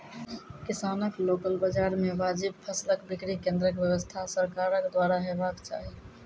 किसानक लोकल बाजार मे वाजिब फसलक बिक्री केन्द्रक व्यवस्था सरकारक द्वारा हेवाक चाही?